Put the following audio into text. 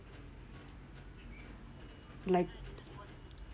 like